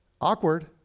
Awkward